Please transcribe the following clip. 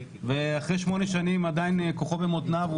ואחרי שמונה שנים עדיין כוחו במותניו,